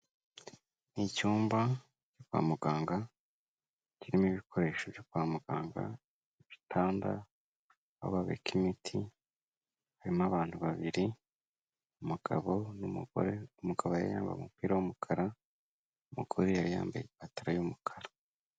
Ni icyumba cyo kwa muganga kirimo ibikoresho byo kwa muganga, ibitanda, aho babika imiti, harimo abantu babiri, umugabo n'umugore, umugabo yari yambaye umupira w'umukara, umugore yari yambaye ipataro y'umukara.